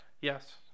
yes